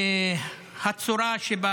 והצורה שבה